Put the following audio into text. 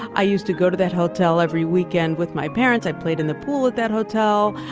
i used to go to that hotel every weekend with my parents. i've played in the pool at that hotel.